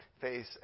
face